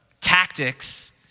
tactics